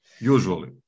usually